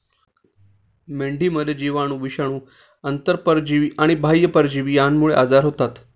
मेंढीमध्ये जीवाणू, विषाणू, आंतरपरजीवी आणि बाह्य परजीवी यांमुळे आजार होतात